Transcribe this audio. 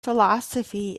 philosophy